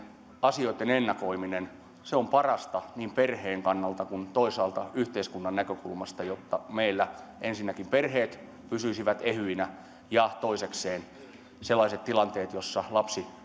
asioitten ennakoiminen on parasta niin perheen kannalta kuin toisaalta yhteiskunnan näkökulmasta jotta meillä ensinnäkin perheet pysyisivät ehyinä ja toisekseen sellaisia tilanteita joissa lapsi